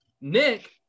Nick